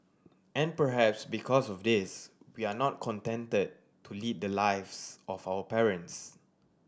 and perhaps because of this we are not contented to lead the lives of our parents